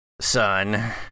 son